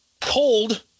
cold